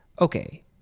Okay